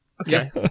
okay